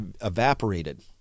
evaporated